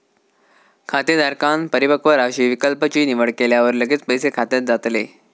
खातेधारकांन परिपक्व राशी विकल्प ची निवड केल्यावर लगेच पैसे खात्यात जातले